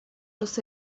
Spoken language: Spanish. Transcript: los